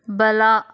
ಬಲ